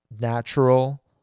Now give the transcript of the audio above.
natural